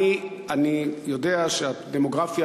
אני יודע שהדמוגרפיה